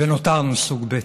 ונותרנו סוג ב'.